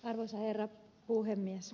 arvoisa herra puhemies